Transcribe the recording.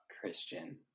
Christian